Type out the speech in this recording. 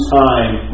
time